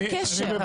מה הקשר?